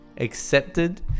accepted